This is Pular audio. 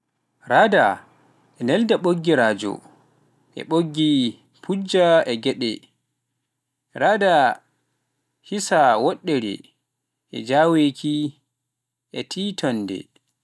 Radar ina nelda ɓoggi rajo e ɓoggi ina njuppa e geɗe e radar ina hiisa woɗɗude, njaaweeki, e tiitoonde